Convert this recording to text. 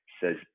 says